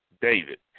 David